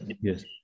yes